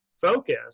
focus